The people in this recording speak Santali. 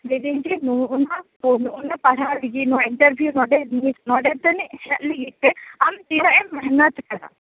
ᱞᱟ ᱭ ᱫᱟ ᱧ ᱡᱮ ᱱᱚᱜᱼᱚᱭ ᱱᱚᱣᱟ ᱠᱚ ᱱᱚᱜᱼᱚᱭ ᱱᱟᱣᱟ ᱯᱟᱲᱦᱟᱣ ᱨᱮᱜᱮ ᱱᱚᱣᱟ ᱮᱱᱴᱟᱨᱵᱷᱤᱭᱩ ᱱᱚᱰᱮ ᱱᱤᱛ ᱱᱚᱰᱮ ᱛᱟ ᱱᱤᱡ ᱦᱮᱡ ᱞᱟ ᱜᱤᱫ ᱛᱮ ᱟᱢ ᱛᱤᱱᱟ ᱜ ᱮᱢ ᱢᱮᱦᱱᱚᱛ ᱟᱠᱟᱫᱟ